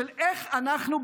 של איך אנחנו,